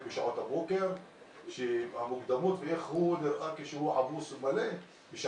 בשעות הבוקר מוקדמות ואיך הוא נראה בשעות השיא.